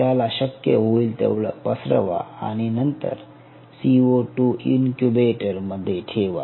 त्याला शक्य होईल तेवढं पसरवा आणि नंतर सीओ2 इन्क्युबेटर मध्ये ठेवा